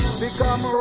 become